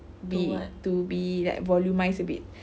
be to be like volumise a bit